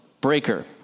breaker